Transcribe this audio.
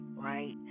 right